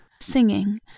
Singing